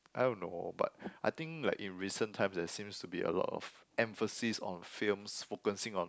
I don't know but I think like in recent times there seems to be a lot of emphasis on films focusing on